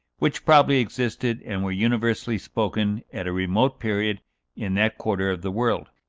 which probably existed and were universally spoken at a remote period in that quarter of the world.